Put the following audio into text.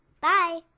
Bye